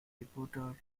reporter